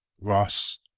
Ross